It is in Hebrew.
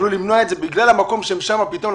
אני לא